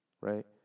right